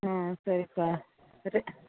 ஆ சரிப்பா ரெ